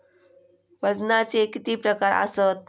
वजनाचे किती प्रकार आसत?